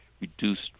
reduced